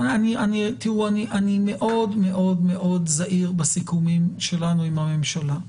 אני תראו אני מאוד מאוד זהיר בסיכומים שלנו עם הממשלה,